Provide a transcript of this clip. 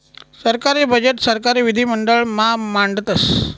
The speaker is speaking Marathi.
सरकारी बजेट सरकारी विधिमंडळ मा मांडतस